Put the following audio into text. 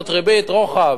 לעשות ריבית רוחב.